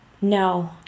No